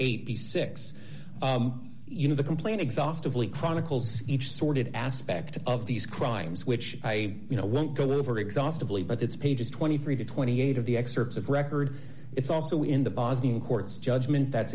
eighty six you know the complaint exhaustively chronicles each sordid aspect of these crimes which i you know won't go over exhaustively but it's pages twenty three dollars to twenty eight dollars of the excerpts of record it's also in the bosnian court's judgment that's